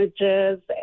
images